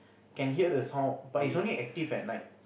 can hear the sound but is only active at night